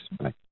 Bye